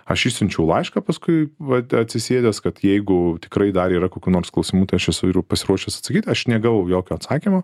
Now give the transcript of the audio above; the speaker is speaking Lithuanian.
aš išsiunčiau laišką paskui vat atsisėdęs kad jeigu tikrai dar yra kokių nors klausimų tai aš esu yru pasiruošęs atsakyt aš negavau jokio atsakymo